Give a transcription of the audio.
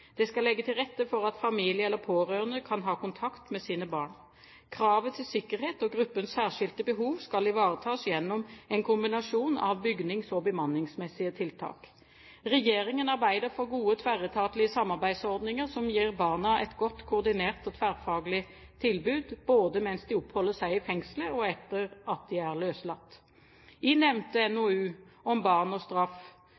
Det skal legges til rette for at familie eller pårørende kan ha kontakt med sine barn. Kravet til sikkerhet og gruppens særskilte behov skal ivaretas gjennom en kombinasjon av bygnings- og bemanningsmessige tiltak. Regjeringen arbeider for gode tverretatlige samarbeidsordninger som gir barna et godt koordinert og tverrfaglig tilbud både mens de oppholder seg i fengselet og etter at de er løslatt. I nevnte